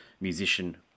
musician